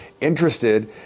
interested